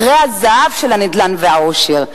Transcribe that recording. מכרה הזהב של הנדל"ן והעושר.